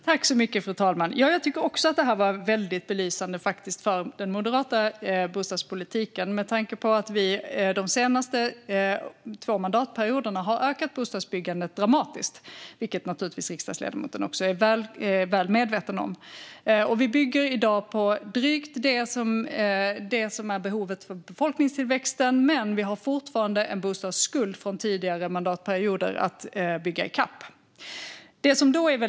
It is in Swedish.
Fru talman! Jag tycker att debatten var väldigt belysande också för den moderata bostadspolitiken, med tanke på att vi de senaste två mandatperioderna har ökat bostadsbyggandet dramatiskt, vilket naturligtvis riksdagsledamoten också är väl medveten om. Vi bygger i dag drygt det som är behovet utifrån befolkningstillväxten, men vi har fortfarande en bostadsskuld från tidigare mandatperioder att bygga i kapp.